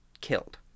killed